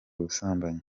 ubusambanyi